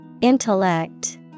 Intellect